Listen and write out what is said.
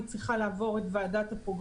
היא גם צריכה לעבור את הוועדה במשרד